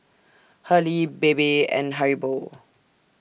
Hurley Bebe and Haribo